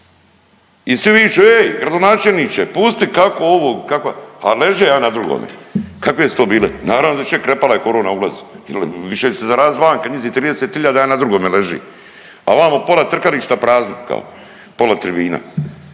i svi viču ej gradonačelniče pusti kako ovo, a leže jedan na drugome. Kakve su to bile? Naravno da ću reć krepala je korona ulazi jel više će se zarazit vanka njizih 30 iljada jedan na drugom leži, a ovamo pola trkališta prazno kao pola tribina.